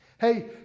Hey